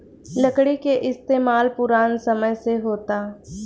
लकड़ी के इस्तमाल पुरान समय से होता